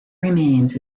remains